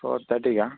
four ತರ್ಟಿಗಾ